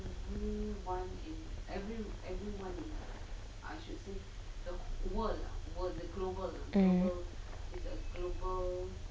mm